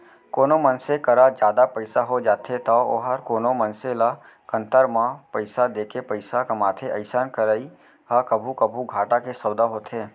कोनो मनसे करा जादा पइसा हो जाथे तौ वोहर कोनो मनसे ल कन्तर म पइसा देके पइसा कमाथे अइसन करई ह कभू कभू घाटा के सौंदा होथे